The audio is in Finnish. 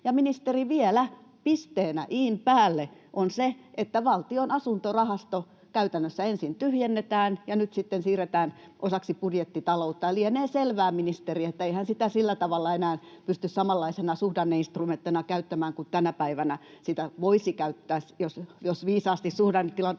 ministeri, vielä pisteenä i:n päällä on se, että Valtion asuntorahasto käytännössä ensin tyhjennetään ja sitten siirretään osaksi budjettitaloutta, ja lienee selvää, ministeri, että eihän sitä sillä tavalla enää pysty samanlaisena suhdanneinstrumenttina käyttämään kuin tänä päivänä sitä voisi käyttää, jos viisaasti suhdannetilanteessa